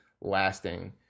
lasting